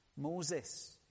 Moses